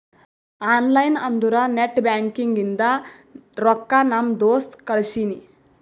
online ಅಂದುರ್ net banking ಇಂದ ರೊಕ್ಕಾ ನಮ್ ದೋಸ್ತ್ ಕಳ್ಸಿನಿ